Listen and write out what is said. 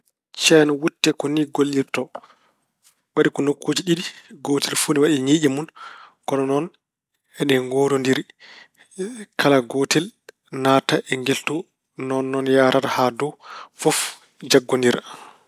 Ceen wutte ko ni gollirto. Waɗi ko nokkuuji ɗiɗi. Gootel fof ine waɗi ñiiƴe mun, kono noon e ɗe ngoorondiri. Kala gootel naata e ngel too, noon noon yahrata haa dow. Fof jaggondira.